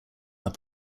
are